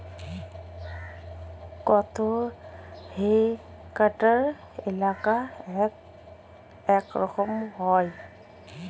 কত হেক্টর এলাকা এক একর হয়?